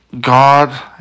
God